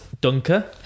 Dunker